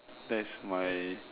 that's my